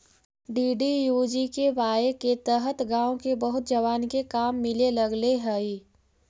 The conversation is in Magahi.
डी.डी.यू.जी.के.वाए के तहत गाँव के बहुत जवान के काम मिले लगले हई